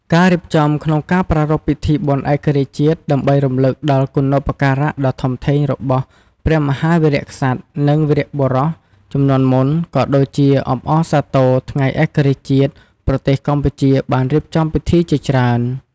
ការរៀបចំក្នុងការប្រារព្ធពិធីបុណ្យឯករាជ្យជាតិដើម្បីរំលឹកដល់គុណូបការៈដ៏ធំធេងរបស់ព្រះមហាវីរក្សត្រ និងវីរបុរសជំនាន់មុន ក៏ដូចជាអបអរសាទរថ្ងៃឯករាជ្យជាតិ ប្រទេសកម្ពុជាបានរៀបចំពិធីជាច្រើន។